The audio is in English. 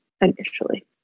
initially